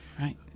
Right